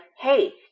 hey